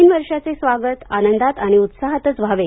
नवीन वर्षाचे स्वागत आनंदात आणि उत्साहातच व्हावे